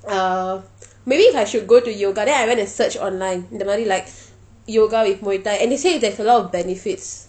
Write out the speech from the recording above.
uh maybe if I should go to yoga then I went to search online இந்த மாதிரி:intha mathiri like yoga with muay thai and they said there's a lot of benefits